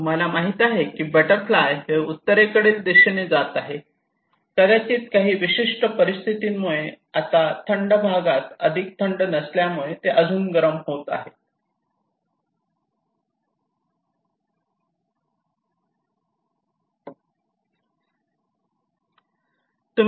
तुम्हाला माहित आहे की बटरफ्लाय हे उत्तरेकडील दिशेने जात आहे कदाचित काही विशिष्ट परिस्थिती मुळे आता थंड भागात अधिक थंड नसल्यामुळे ते अजून गरम होत आहेत